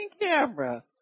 camera